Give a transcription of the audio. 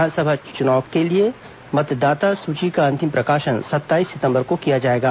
विधानसभा चुनाव के लिए मतदाता सूची का अंतिम प्रकाशन सत्ताईस सितंबर को किया जाएगा